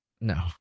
No